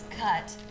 cut